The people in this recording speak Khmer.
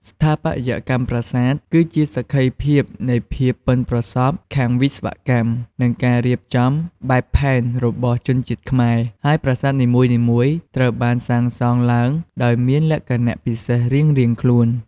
ស្ថាបត្យកម្មប្រាសាទ គឺជាសក្ខីភាពនៃភាពប៉ិនប្រសប់ខាងវិស្វកម្ម និងការរៀបចំបែបផែនរបស់ជនជាតិខ្មែរ ហើយប្រាសាទនីមួយៗត្រូវបានសាងសង់ឡើងដោយមានលក្ខណៈពិសេសរៀងៗខ្លួន។